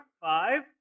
five